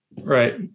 Right